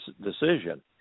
decision